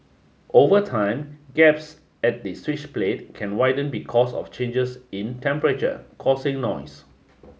over time gaps at the switch plate can widen because of changes in temperature causing noise